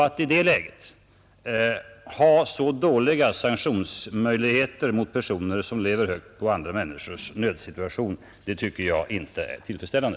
Att i det läget ha så dåliga sanktionsmöjligheter mot personer som lever högt på andra människors nödsituation tycker jag inte är tillfredsställande.